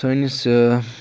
سٲنِس